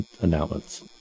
announcements